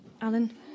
Alan